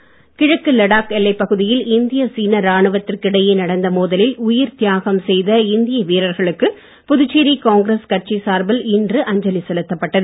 அஞ்சலி கிழக்கு லடாக் எல்லைப் பகுதியில் இந்திய சீன ராணுவத்திற்கு இடையே நடந்த மோதலில் உயிர் தியாகம் செய்த இந்திய வீரர்களுக்கு புதுச்சேரி காங்கிரஸ் கட்சி சார்பில் இன்று அஞ்சலி செலுத்தப்பட்டது